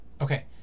okay